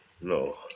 No